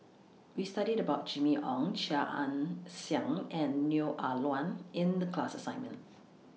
We studied about Jimmy Ong Chia Ann Siang and Neo Ah Luan in The class assignment